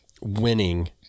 Winning